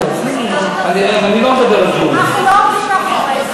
אנחנו לא עומדים מאחורי זה.